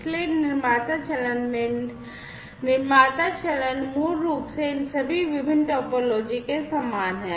इसलिए निर्माता चरण में निर्माता चरण मूल रूप से इन सभी विभिन्न टोपोलॉजी के समान है